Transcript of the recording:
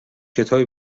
کتابی